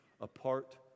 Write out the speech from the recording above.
Apart